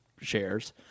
shares